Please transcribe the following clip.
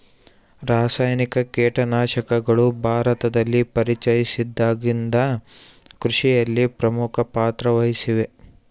ರಾಸಾಯನಿಕ ಕೇಟನಾಶಕಗಳು ಭಾರತದಲ್ಲಿ ಪರಿಚಯಿಸಿದಾಗಿನಿಂದ ಕೃಷಿಯಲ್ಲಿ ಪ್ರಮುಖ ಪಾತ್ರ ವಹಿಸಿವೆ